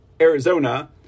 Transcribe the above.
Arizona